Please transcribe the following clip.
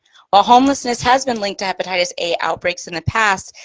ah homelessness has been linked to hepatitis a outbreaks in the past,